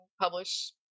publish